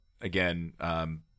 again